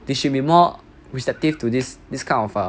you should be more receptive to this this kind of err